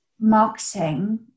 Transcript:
marketing